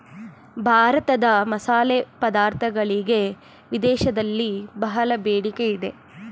ಭಾರತದ ಮಸಾಲೆ ಪದಾರ್ಥಗಳಿಗೆ ವಿದೇಶದಲ್ಲಿ ಬಹಳ ಬೇಡಿಕೆ ಇದೆ